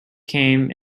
came